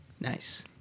Nice